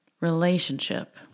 relationship